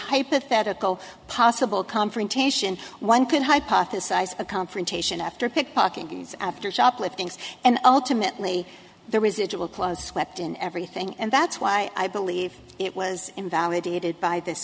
hypothetical possible confrontation one can hypothesize a confrontation after pickpocket after shoplifting and ultimately the residual clause swept in everything and that's why i believe it was invalidated by this